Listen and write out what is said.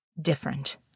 different